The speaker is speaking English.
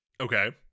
Okay